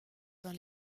dans